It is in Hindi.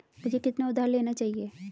मुझे कितना उधार लेना चाहिए?